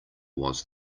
was